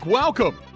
welcome